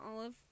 Olive